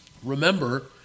Remember